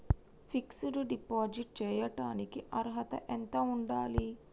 Fix డ్ deposit చేయటానికి అర్హత ఎంత ఉండాలి?